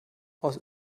aus